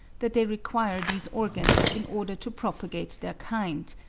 that they require these organs in order to propagate their kind,